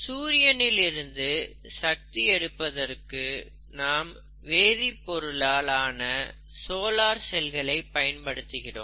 சூரியனில் இருந்து சக்தி எடுப்பதற்கு நாம் வேதிப் பொருளால் ஆன சோலார் செல்களை பயன்படுத்துகிறோம்